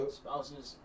spouses